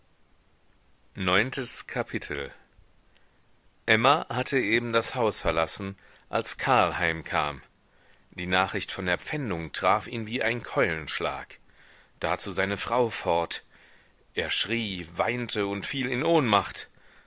neuntes kapitel emma hatte eben das haus verlassen als karl heimkam die nachricht von der pfändung traf ihn wie ein keulenschlag dazu seine frau fort er schrie weinte und fiel in ohnmacht